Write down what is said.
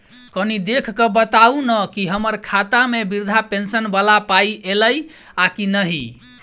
कनि देख कऽ बताऊ न की हम्मर खाता मे वृद्धा पेंशन वला पाई ऐलई आ की नहि?